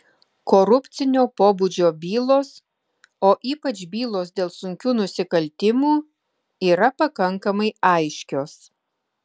korupcinio pobūdžio bylos o ypač bylos dėl sunkių nusikaltimų yra pakankamai aiškios